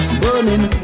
burning